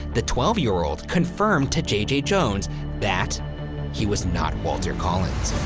the twelve year old confirmed to j j. jones that he was not walter collins,